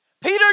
Peter